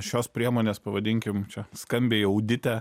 šios priemonės pavadinkim čia skambiai audite